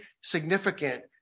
significant